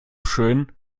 schön